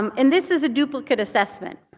um and this is a duplicate assessment.